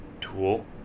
tool